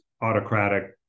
autocratic